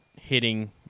hitting